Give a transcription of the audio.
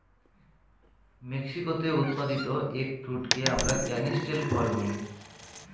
মেক্সিকোতে উৎপাদিত এগ ফ্রুটকে আমরা ক্যানিস্টেল ফল বলি